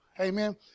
Amen